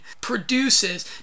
produces